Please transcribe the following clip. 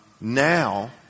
now